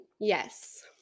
Yes